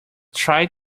try